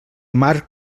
mar